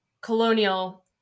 colonial